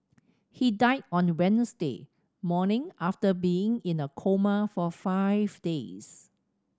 he died on Wednesday morning after being in a coma for five days